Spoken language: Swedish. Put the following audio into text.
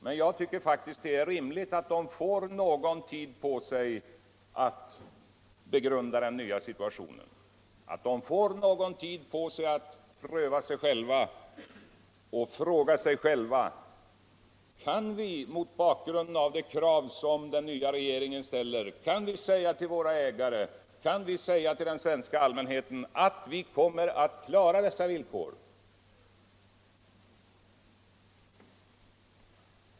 Men jag tycker faktiskt att det är rimligt att de får någon tid på sig att begrunda den nya situationen, att de får någon tid på sig all pröva sig själva och fråga sig själva: Kan vi mot bakgrund av de krav som den nva regeringen ställer säga till våra ägare och will den svenska allmänheten att vi kommer att klara dessa villkor?